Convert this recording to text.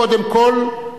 קודם כול,